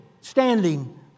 standing